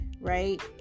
right